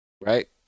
right